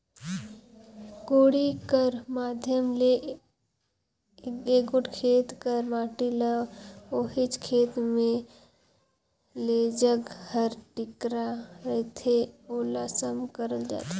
कोड़ी कर माध्यम ले एगोट खेत कर माटी ल ओहिच खेत मे जेजग हर टिकरा रहथे ओला सम करल जाथे